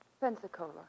Pensacola